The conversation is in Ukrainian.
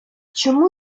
чому